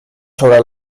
sobre